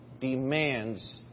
demands